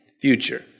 future